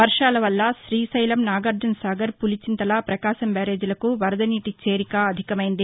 వర్షాల వల్ల శ్రీశైలం నాగార్జనసాగర్ పులిచింతల ప్రకాశం బ్యారేజీలకు వరదనీటి చేరిక అధికమైంది